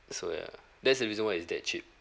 so ya that's the reason why is that cheap